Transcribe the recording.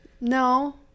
No